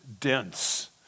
dense